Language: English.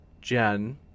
Jen